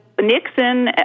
Nixon